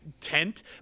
tent